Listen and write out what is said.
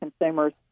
consumers